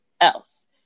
else